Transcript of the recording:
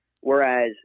Whereas